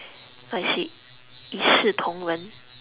like she 一视同仁